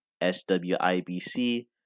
SWIBC